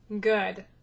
Good